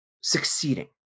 succeeding